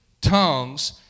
tongues